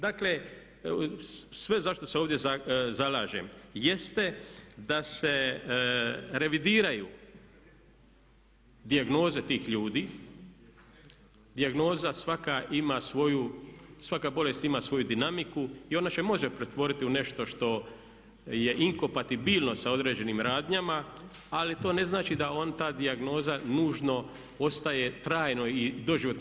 Dakle, sve zašto se ovdje zalažem jeste da se revidiraju dijagnoze tih ljudi, dijagnoza svaka ima svoju, svaka bolest ima svoju dinamiku i ona se može pretvoriti u nešto što je inkompatibilno sa određenim radnjama ali to ne znači da ta dijagnoza nužno ostaje trajno i doživotno.